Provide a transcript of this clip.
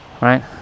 Right